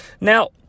Now